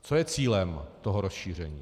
Co je cílem toho rozšíření?